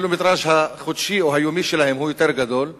הקילומטרז' החודשי או היומי שלהם הוא גדול יותר,